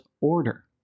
order